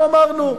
לא אנחנו אמרנו.